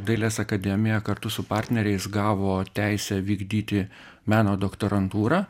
dailės akademija kartu su partneriais gavo teisę vykdyti meno doktorantūrą